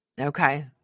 Okay